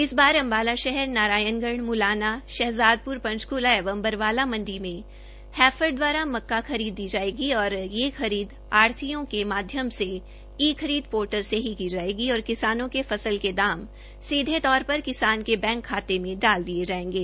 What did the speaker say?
इस बार अम्बाला शहर नारायणगढ़ मुलाना शहजादपुर पंचकूला एवं बरवाला मण्डी में हैफड द्वारा मक्का खरीदी जाएगी और यह खरीद आढ़तियों के माध्यम से ई खरीद पोर्टल से की जाएगी और किसानों के फसल के दाम सीधे तौर पर किसान के बैंक खाते में डाल दिए जाएंगें